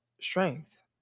strength